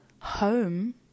home